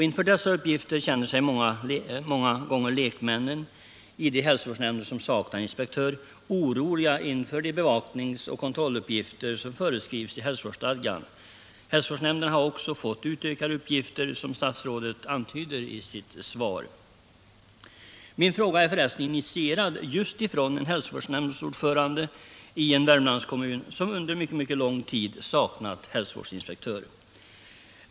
Inför dessa uppgifter känner sig ofta lekmännen i de hälsovårdsnämnder som saknar inspektör oroliga inför de bevaknings och kontrolluppgifter som föreskrivs i hälsovårdsstadgan. Hälsovårdsnämnderna har också fått utökade uppgifter, som statsrådet också antydde i sitt svar. Min fråga har förresten föranletts av en hälsovårdsnämndsordförande i en Värmlandskommun, som under mycket lång tid saknat hälsovårdsinspek 107 Om ökat antal hälsovårdsinspektörer tör.